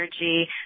energy